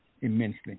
immensely